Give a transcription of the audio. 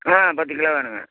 ஆ பத்து கிலோ வேணும்ங்க